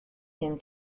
him